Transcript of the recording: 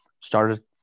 started